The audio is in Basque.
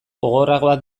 gogorragoak